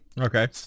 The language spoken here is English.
Okay